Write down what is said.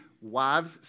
wives